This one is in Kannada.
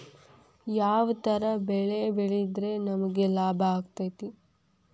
ಯಾವ ತರ ಬೆಳಿ ಬೆಳೆದ್ರ ನಮ್ಗ ಲಾಭ ಆಕ್ಕೆತಿ?